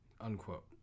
Unquote